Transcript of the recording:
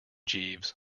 jeeves